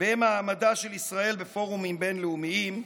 במעמדה של ישראל בפורומים בין-לאומיים,